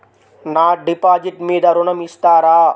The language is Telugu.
నా డిపాజిట్ మీద ఋణం ఇస్తారా?